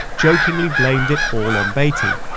jokingly blamed it all on beatty